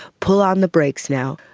pull on the brakes now,